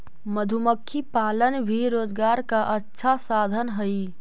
मधुमक्खी पालन भी रोजगार का अच्छा साधन हई